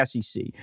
SEC